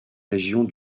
régions